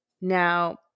Now